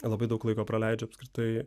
labai daug laiko praleidžiu apskritai